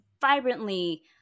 vibrantly